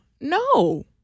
No